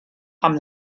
amb